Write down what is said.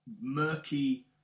murky